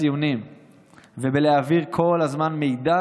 ציונים ובלהעביר כל הזמן מידע,